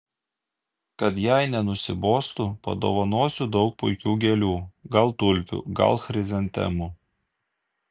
kad jai nenusibostų padovanosiu daug puikių gėlių gal tulpių gal chrizantemų